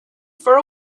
for